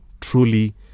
truly